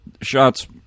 shots